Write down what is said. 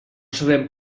sabem